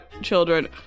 children